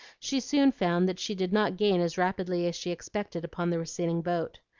she soon found that she did not gain as rapidly as she expected upon the receding boat.